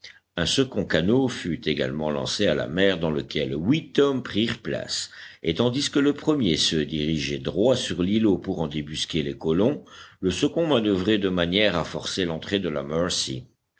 un second canot fut également lancé à la mer dans lequel huit hommes prirent place et tandis que le premier se dirigeait droit sur l'îlot pour en débusquer les colons le second manoeuvrait de manière à forcer l'entrée de la mercy